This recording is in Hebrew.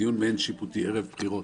בדיון מעין שיפוטי ערב בחירות